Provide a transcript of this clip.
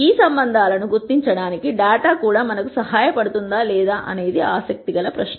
ఈ సంబంధాలను గుర్తించడానికి డేటా కూడా మాకు సహాయపడుతుందా లేదా అనేది ఆసక్తి ఉన్న అసలు ప్రశ్న